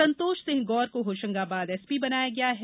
संतोष सिंह गौर को होशंगाबाद एसपी बनाया गया है